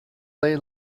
ley